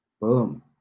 Boom